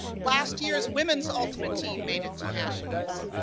last year's women's ultimate team made it to nationals.